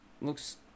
Looks